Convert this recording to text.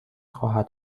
خواهد